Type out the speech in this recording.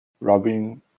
rubbing